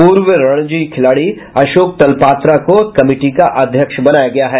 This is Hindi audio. पूर्व रणजी खिलाड़ी अशोक तलपात्रा को कमिटी का अध्यक्ष बनाया गया है